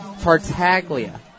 Tartaglia